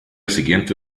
siguiente